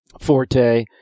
Forte